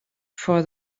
for